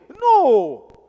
No